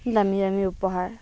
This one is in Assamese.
দামী দামী উপহাৰ